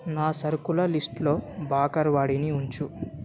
నా సరుకుల లిస్టులో బాకర్వాడీను ఉంచు